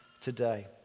today